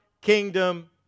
kingdom